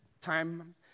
time